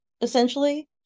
essentially